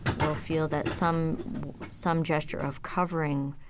will feel that some some gesture of covering,